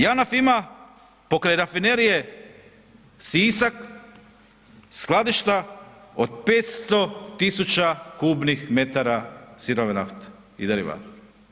JANAF ima pokraj Rafinerije Sisak skladišta od 500 tisuća kubnih metara sirove nafte i derivata.